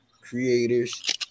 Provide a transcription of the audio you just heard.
creators